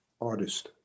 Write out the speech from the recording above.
artist